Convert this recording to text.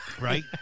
Right